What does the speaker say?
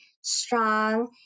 strong